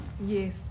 yes